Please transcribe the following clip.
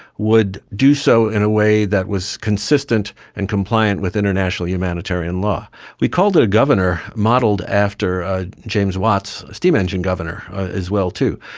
would do so in a way that was consistent and compliant with international humanitarian law. we called it a governor modelled after ah james watts' steam engine governor as well too.